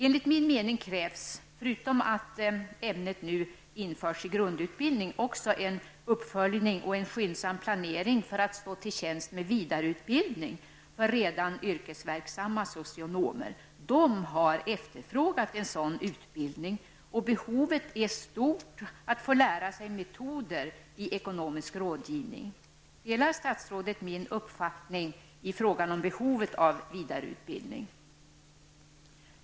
Enligt min mening krävs förutom att ämnet nu införs i grundutbildningen också en uppföljning och en skyndsam planering för att stå till tjänst med vidareutbildning för redan yrkesverksamma socionomer. De har efterfrågat en sådan utbildning, och behovet är stort av att få lära sig metoder för ekonomisk rådgivning. Delar statsrådet min uppfattning i frågan om behovet av vidareutbildning?